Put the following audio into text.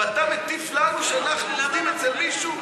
ואתה מטיף לנו שאנחנו עובדים אצל מישהו?